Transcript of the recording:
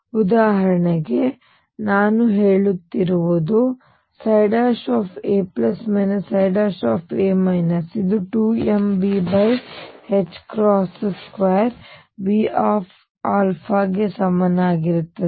ಉದಾಹರಣೆಗೆ ನಾನು ಹೇಳುತ್ತಿರುವುದು a ψ ಇದು 2mV2ψ ಗೆ ಸಮನಾಗಿರುತ್ತದೆ